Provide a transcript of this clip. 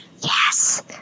Yes